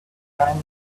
time